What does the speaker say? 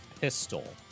pistol